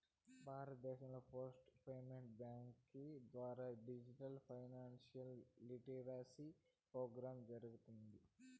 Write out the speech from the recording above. భారతదేశం post payments బ్యాంకీ ద్వారా డిజిటల్ ఫైనాన్షియల్ లిటరసీ ప్రోగ్రామ్ జరగతాంది